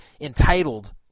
entitled